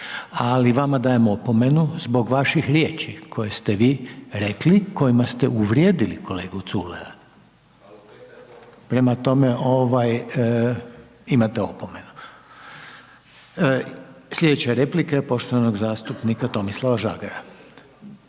ali vama dajem opomenu zbog vaših riječi koje ste vi rekli kojima ste uvrijedili kolegu Culeja. Prema tome, imate opomenu. Sljedeća replika je poštovano zastupnika Tomislava Žagara.